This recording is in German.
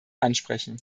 ansprechen